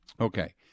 okay